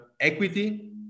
equity